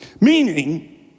Meaning